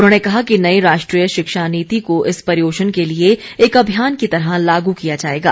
उन्होंने कहा कि नई राष्ट्रीय शिक्षा नीति को इस प्रयोजन के लिए एक अभियान की तरह लागू किया जाएगा